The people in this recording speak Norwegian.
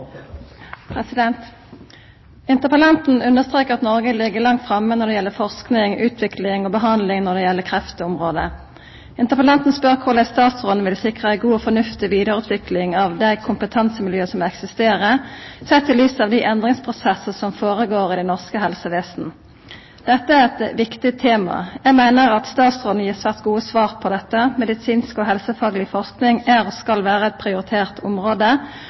Interpellanten understrekar at Noreg ligg langt framme når det gjeld forsking, utvikling og behandling på kreftområdet. Interpellanten spør korleis statsråden vil sikra ei god og fornuftig vidareutvikling av dei kompetansemiljøa som eksisterer, sett i lys av dei endringsprosessane som går føre seg i det norske helsevesenet. Dette er eit viktig tema. Eg meiner at statsråden gir svært gode svar på dette. Medisinsk og helsefagleg forsking er og skal vera eit prioritert område,